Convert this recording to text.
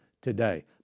today